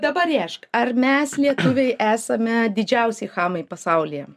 dabar rėžk ar mes lietuviai esame didžiausiai chamai pasaulyje